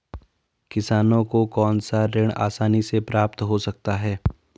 किसानों को कौनसा ऋण आसानी से प्राप्त हो सकता है?